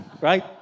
right